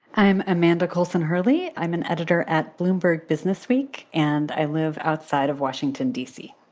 i'm amanda carlson hurley i'm an editor at bloomberg businessweek and i live outside of washington, d c.